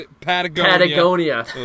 Patagonia